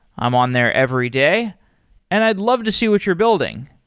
i'm on there every day and i'd love to see what you're building.